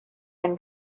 and